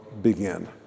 begin